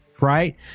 Right